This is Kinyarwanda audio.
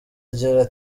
agira